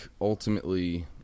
ultimately